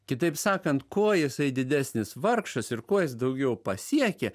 kitaip sakant kuo jisai didesnis vargšas ir kuo jis daugiau pasiekia